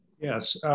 Yes